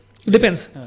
depends